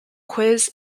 quiz